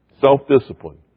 Self-discipline